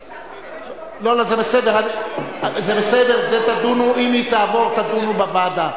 זה בסדר, אם היא תעבור, בזה תדונו בוועדה.